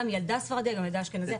גם ילדה ספרדייה גם ילדה אשכנזייה,